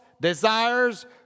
desires